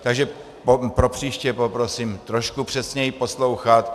Takže pro příště poprosím trošku přesněji poslouchat.